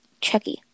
Chucky